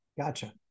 Gotcha